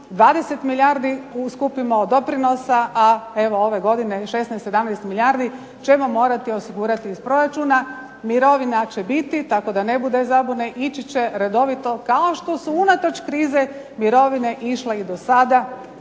20 milijardi skupimo od doprinosa, a evo ove godine 16, 17 milijardi ćemo morati osigurati iz proračuna. Mirovina će biti tako da ne bude zabune, ići će redovite kao što su unatoč krize mirovine išle i do sada,